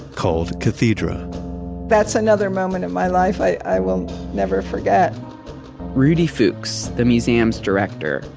called cathedra that's another moment in my life i will never forget rudi fuchs, the museum's director,